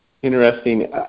Interesting